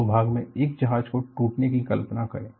दो भाग में एक जहाज को टूटने की कल्पना करें